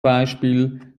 beispiel